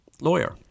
lawyer